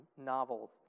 novels